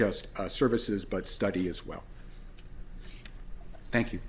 just services but study as well thank you